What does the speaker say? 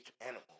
animal